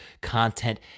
content